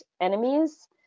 enemies